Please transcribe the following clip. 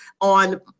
on